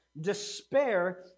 Despair